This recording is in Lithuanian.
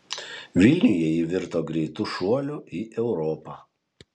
vilniuje ji virto greitu šuoliu į europą